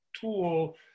tool